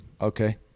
Okay